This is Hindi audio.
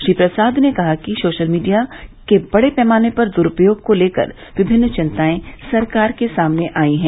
श्री प्रसाद ने कहा कि सोशल मीडिया के बड़े पैमाने पर दुरुपयोग को लेकर विमिन्न चिंताए सरकार के सामने आई हैं